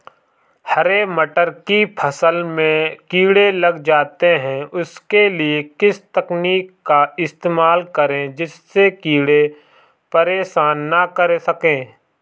हरे मटर की फसल में कीड़े लग जाते हैं उसके लिए किस तकनीक का इस्तेमाल करें जिससे कीड़े परेशान ना कर सके?